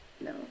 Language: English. no